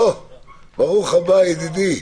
ברוך הבא, ידידי.